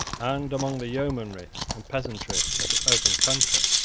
and among the yeomanry and peasantry of the open country.